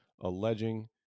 alleging